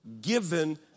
given